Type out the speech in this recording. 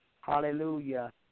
Hallelujah